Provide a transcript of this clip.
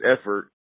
effort